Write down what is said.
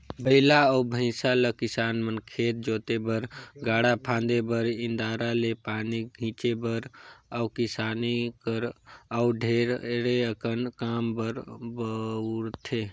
बइला अउ भंइसा ल किसान मन खेत जोते बर, गाड़ा फांदे बर, इन्दारा ले पानी घींचे बर अउ किसानी कर अउ ढेरे अकन काम बर बउरथे